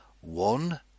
One